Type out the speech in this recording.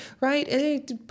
Right